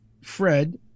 Fred